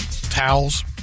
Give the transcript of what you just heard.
Towels